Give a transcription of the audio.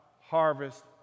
harvest